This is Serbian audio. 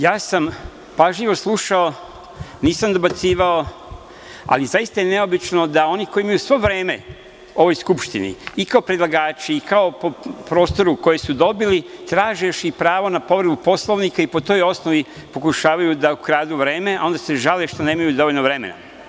Ja sam pažljivo slušao, nisam dobacivao, ali zaista je neobično da oni koji imaju sve vreme u ovoj Skupštini, i kao predlagači, i po prostoru koji su dobili, traže još i pravo na povredu Poslovnika i po toj osnovi pokušavaju da ukradu vreme, a onda se žale što nemaju dovoljno vremena.